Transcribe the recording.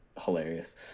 hilarious